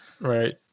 Right